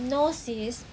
no sis